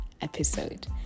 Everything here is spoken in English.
episode